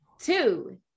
two